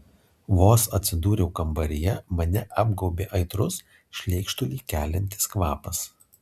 vos atsidūriau kambaryje mane apgaubė aitrus šleikštulį keliantis kvapas